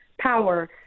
power